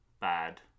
bad